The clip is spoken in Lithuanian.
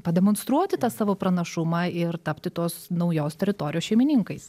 pademonstruoti tą savo pranašumą ir tapti tos naujos teritorijos šeimininkais